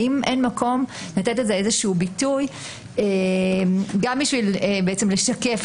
האם אין מקום לתת לזה איזשהו ביטוי גם כדי לשקף